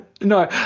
No